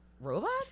Robots